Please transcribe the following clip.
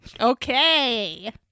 Okay